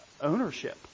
ownership